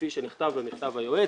כפי שנכתב במכתב היועץ,